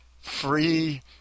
free